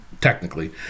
technically